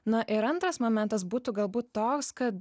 na ir antras momentas būtų galbūt toks kad